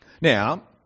Now